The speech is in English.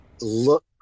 look